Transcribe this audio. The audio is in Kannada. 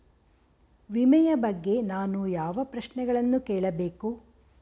ವಿಮೆಯ ಬಗ್ಗೆ ನಾನು ಯಾವ ಪ್ರಶ್ನೆಗಳನ್ನು ಕೇಳಬೇಕು?